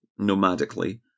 nomadically